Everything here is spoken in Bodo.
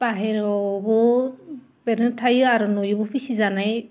बाहेरायावबो बेरायना थायो आरो न'आवबो फिसिजानाय